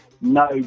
No